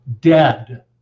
dead